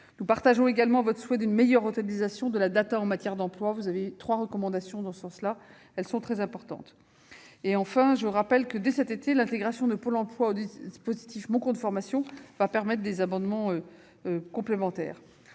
Nous partageons également votre souhait d'une meilleure rentabilisation de la data en matière d'emploi ; vos trois recommandations en ce sens sont très importantes. Par ailleurs, je rappelle que, dès cet été, l'intégration de Pôle emploi au dispositif « Mon compte formation » permettra des abonnements complémentaires.